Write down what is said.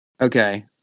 Okay